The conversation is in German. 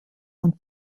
und